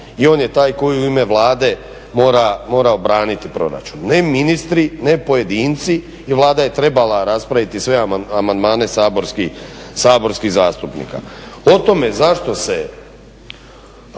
i on je taj koji u ime Vlade mora obraniti proračun, ne ministri, ne pojedinci, i Vlada je trebala raspraviti sve amandmane saborskih zastupnika. O tome zašto se